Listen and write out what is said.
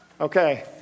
Okay